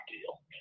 deal